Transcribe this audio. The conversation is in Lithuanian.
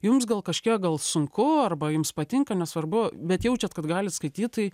jums gal kažkiek gal sunku arba jums patinka nesvarbu bet jaučiat kad galit skaityt tai